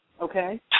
okay